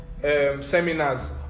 seminars